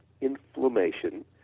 inflammation